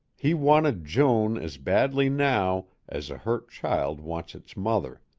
he wanted joan as badly now as a hurt child wants its mother.